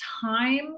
time